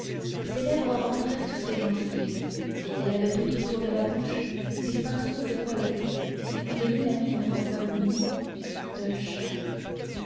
ses lèvres rentraient sous ses gencives et elle avait tout autour de la bouche des pinceaux de poils blancs qui lui donnaient la mine embabouinée d'un chat